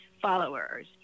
followers